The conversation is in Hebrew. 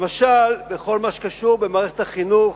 למשל, בכל מה שקשור למערכת החינוך: